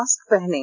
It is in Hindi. मास्क पहनें